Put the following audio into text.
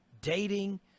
dating